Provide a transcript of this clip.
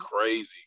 crazy